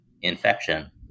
infection